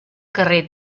carrer